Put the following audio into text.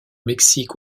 mexique